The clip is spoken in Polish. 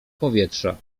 powietrza